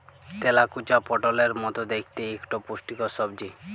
তেলাকুচা পটলের মত দ্যাইখতে ইকট পুষ্টিকর সবজি